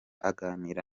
aganira